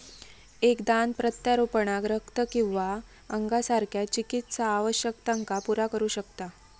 एक दान प्रत्यारोपणाक रक्त किंवा अंगासारख्या चिकित्सा आवश्यकतांका पुरा करू शकता